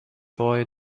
boy